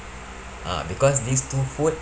ah because these two food